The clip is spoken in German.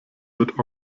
wird